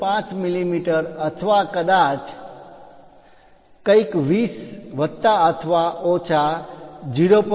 5 મીમી અથવા કદાચ કંઈક 20 વત્તા અથવા ઓછા 0